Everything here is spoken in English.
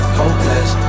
hopeless